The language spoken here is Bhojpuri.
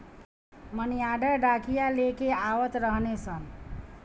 मनी आर्डर डाकिया लेके आवत रहने सन